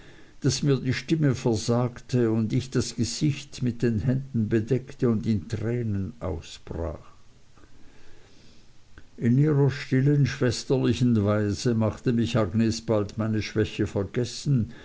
daß mir die stimme versagte und ich das gesicht mit den händen bedeckte und in tränen ausbrach in ihrer stillen schwesterlichen weise machte mich agnes bald meine schwäche vergessen